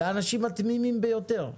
לאנשים התמימים ביותר.